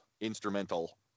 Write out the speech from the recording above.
instrumental